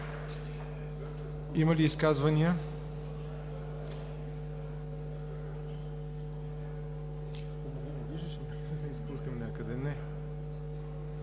Има ли изказвания? Не